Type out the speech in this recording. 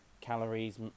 calories